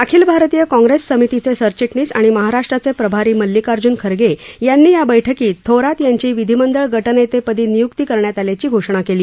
अखिल भारतीय काँग्रेस समितीचे सरचिटणीस आणि महाराष्ट्राचे प्रभारी मल्लिकार्जून खर्गे यांनी या बैठकीत थोरात यांची विधीमंडळ गटनेते पदी नियक्ती करण्यात आल्याची घोषणा केली